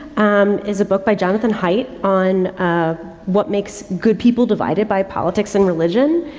um, is a book by jonathan haidt on ah what makes good people divided by politics and religion,